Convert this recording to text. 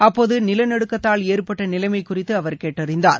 அப்போது நிலநடுக்கத்தால் ஏற்பட்ட நிலைமை குறித்து அவர் கேட்டறிந்தார்